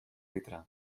litre